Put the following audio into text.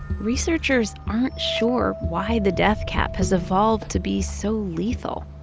researchers aren't sure why the death cap has evolved to be so lethal.